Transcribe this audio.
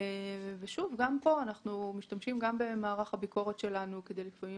גם פה אנחנו משתמשים במערך הביקורת שלנו כדי לעשות לפעמים